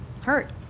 hurt